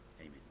Amen